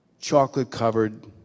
chocolate-covered